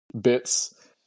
bits